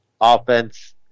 offense